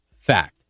fact